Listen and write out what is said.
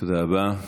תודה רבה.